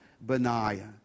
Benaiah